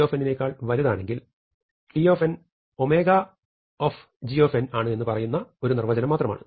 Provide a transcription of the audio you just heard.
g നേക്കാൾ വലുതാണെങ്കിൽ t Ωg ആണ് എന്നുപറയുന്ന ഒരു നിർവചനം മാത്രമാണ്